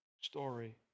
story